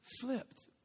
flipped